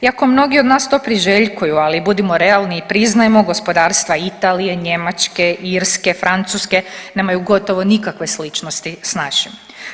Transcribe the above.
Iako mnogi od nas to priželjkuju, ali budimo realni i priznajmo, gospodarstva Italije, Njemačke, Irske, Francuske nemaju gotovo nikakve sličnosti s našim.